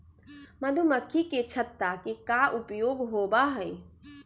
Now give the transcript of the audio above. मधुमक्खी के छत्ता के का उपयोग होबा हई?